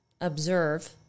observe